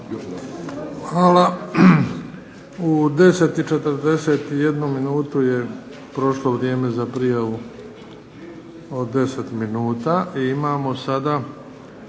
Hvala. U 10 i 41 minutu je prošlo vrijeme za prijavu od 10 minuta. Imamo sada